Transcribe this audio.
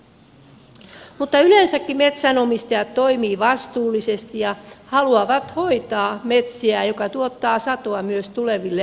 mutta yleensäkin metsänomistajat toimivat vastuullisesti ja haluavat hoitaa metsiään mikä tuottaa satoa myös tuleville sukupolville